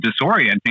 disorienting